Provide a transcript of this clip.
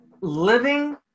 Living